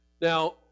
Now